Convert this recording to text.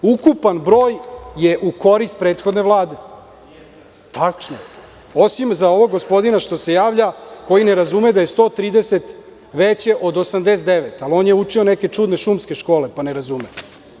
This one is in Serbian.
Ukupan broj je u korist prethodne Vlade. (Marko Atlagić, s mesta: Nije tačno.) Tačno, osim za ovog gospodina što se javlja, koji ne razume da je 130 veće od 89, ali on je učio neke čudne šumske škole pa ne razume.